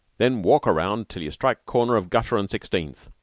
then walk around till you strike corner of gutter and sixteenth,